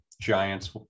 Giants